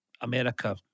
America